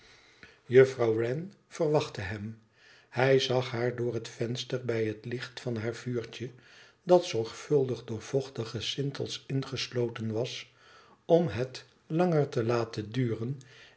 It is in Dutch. juffrouw wren verwachtte hem hij zag haar door het venster bij het het licht van haar vuurtje dat zorgvuldig door vochtige sintels ingesloten was om het langer te laten duren